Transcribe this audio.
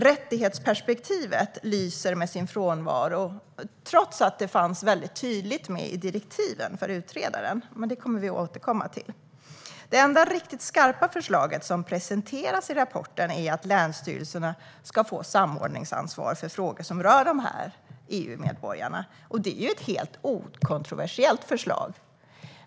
Rättighetsperspektivet lyser med sin frånvaro, trots att det fanns med väldigt tydligt i direktiven till utredaren, men det kommer vi att återkomma till. Det enda riktigt skarpa förslag som presenteras i rapporten är att länsstyrelserna ska få samordningsansvar för frågor som rör de här EU-medborgarna. Det är ett helt okontroversiellt förslag.